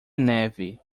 neve